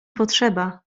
potrzeba